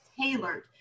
tailored